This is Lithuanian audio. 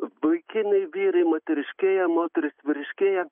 vaikinai vyrai moteriškėja moterys vyriškėja